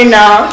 now